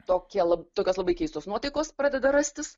tokia tokios labai keistos nuotaikos pradeda rastis